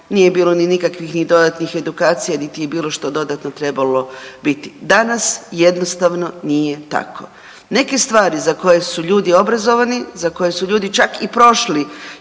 nije bilo nikakvih ni dodatnih edukacija niti je bilo što dodatno trebalo biti. Danas jednostavno nije tako. Neke stvari za koje su ljudi obrazovani, za koje su ljudi čak i prošli